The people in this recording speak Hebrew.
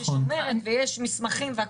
היא שומרת ויש מסמכים והכול.